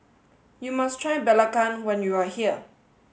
you must try Belacan when you are here